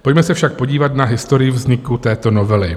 Pojďme se však podívat na historii vzniku této novely.